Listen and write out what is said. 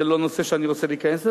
זה לא נושא שאני רוצה להיכנס אליו.